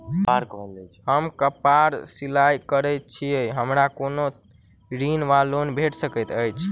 हम कापड़ सिलाई करै छीयै हमरा कोनो ऋण वा लोन भेट सकैत अछि?